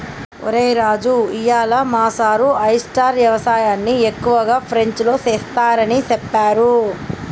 ఒరై రాజు ఇయ్యాల మా సారు ఆయిస్టార్ యవసాయన్ని ఎక్కువగా ఫ్రెంచ్లో సెస్తారని సెప్పారు